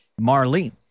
Marlene